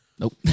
Nope